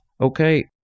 Okay